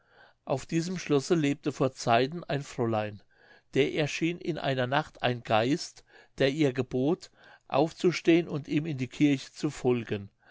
auf diesem schlosse lebte vor zeiten ein fräulein der erschien in einer nacht ein geist der ihr gebot aufzustehen und ihm in die kirche zu folgen